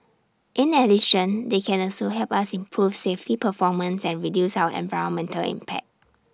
in addition they can also help us improve safety performance and reduce our environmental impact